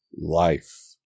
Life